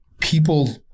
people